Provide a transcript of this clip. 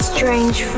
Strange